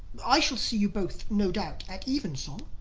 i shall see you both no doubt at evensong?